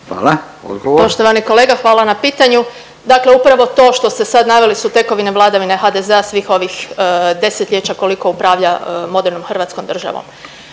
Tanja (SDP)** Poštovani kolega, hvala na pitanju. Dakle upravo to što ste sada naveli su tekovine vladavine HDZ-a svih ovih desetljeća koliko upravlja modernom hrvatskom državom.